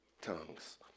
tongues